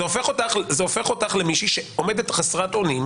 זה הופך אותך למישהי שעומדת חסרת אונים,